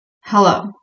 Hello